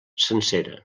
sencera